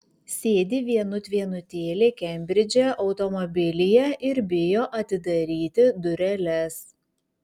sėdi vienut vienutėlė kembridže automobilyje ir bijo atidaryti dureles